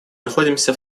находимся